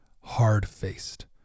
hard-faced